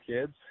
kids